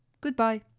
Goodbye